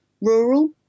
rural